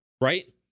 right